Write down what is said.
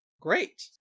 Great